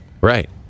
Right